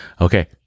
Okay